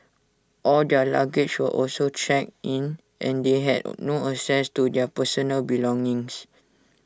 all their luggage were also checked in and they had no access to their personal belongings